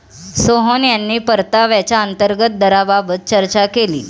सोहन यांनी परताव्याच्या अंतर्गत दराबाबत चर्चा केली